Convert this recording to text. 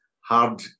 hard